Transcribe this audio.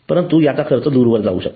परंतु याचा खर्च दूरवर जाऊ शकतो